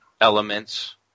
elements